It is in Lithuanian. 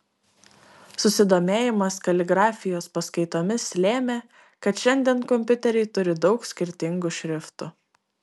susidomėjimas kaligrafijos paskaitomis lėmė kad šiandien kompiuteriai turi daug skirtingų šriftų